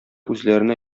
үзләренә